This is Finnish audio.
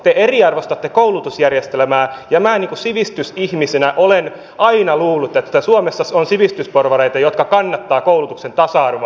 te eriarvoistatte koulutusjärjestelmää ja minä sivistysihmisenä olen aina luullut että suomessa on sivistysporvareita jotka kannattavat koulutuksen tasa arvoa